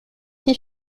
qui